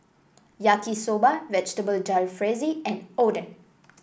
Yaki Soba Vegetable Jalfrezi and Oden